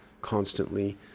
constantly